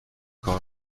کار